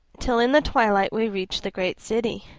till in the twilight we reached the great city.